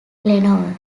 lenoir